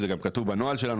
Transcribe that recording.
זה גם כתוב בנוהל שלנו,